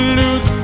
lose